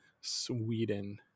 Sweden